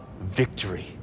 victory